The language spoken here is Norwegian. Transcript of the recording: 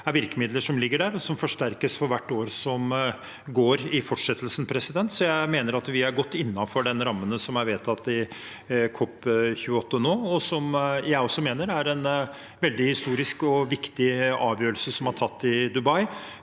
Det er virkemidler som ligger der, og som forsterkes for hvert år som går, så jeg mener vi er godt innenfor de rammene som er vedtatt i COP28 nå. Jeg mener også det er en veldig historisk og viktig avgjørelse som er tatt i Dubai